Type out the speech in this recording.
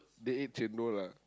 they eat chendol lah